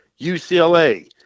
UCLA